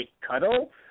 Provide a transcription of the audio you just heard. cuddle